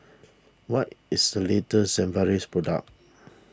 what is the latest Sigvaris product